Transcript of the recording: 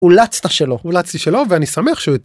‫אולצת שלא, ‫-אולצתי שלא, ואני שמח ש...